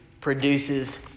produces